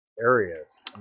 areas